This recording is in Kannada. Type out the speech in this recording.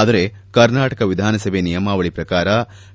ಆದರೆ ಕರ್ನಾಟಕ ವಿಧಾನಸಭೆ ನಿಯಮಾವಳಿ ಪ್ರಕಾರ